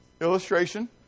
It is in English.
Illustration